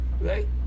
Right